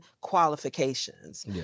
qualifications